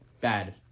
bad